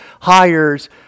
hires